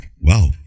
Wow